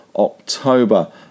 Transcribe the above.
October